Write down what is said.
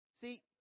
See